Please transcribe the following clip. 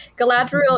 Galadriel